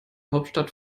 hauptstadt